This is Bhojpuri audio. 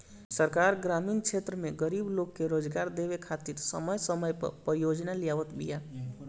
सरकार ग्रामीण क्षेत्र में गरीब लोग के रोजगार देवे खातिर समय समय पअ परियोजना लियावत बिया